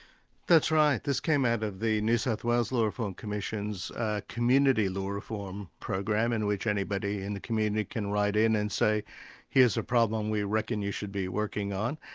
that's right. this came out of the new south wales law reform commission's community law reform program, in which anybody in the community can write in and say here's a problem we reckon you should be working on,